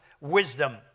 wisdom